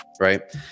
right